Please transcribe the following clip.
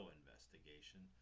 investigation